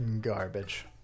Garbage